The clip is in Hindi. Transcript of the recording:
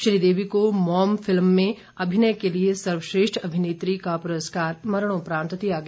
श्रीदेवी को मॉम फिल्म में अभिनय के लिए सर्वश्रेष्ठ अभिनेत्री का पुरस्कार मरणोपरांत दिया गया